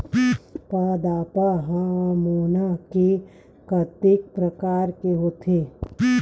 पादप हामोन के कतेक प्रकार के होथे?